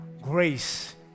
grace